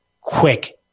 quick